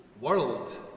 world